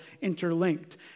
interlinked